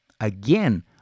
Again